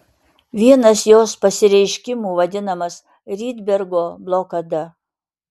vienas jos pasireiškimų vadinamas rydbergo blokada